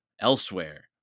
Elsewhere